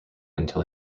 until